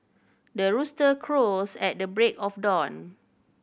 the rooster crows at the break of dawn